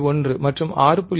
1 மற்றும் 6